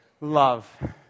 love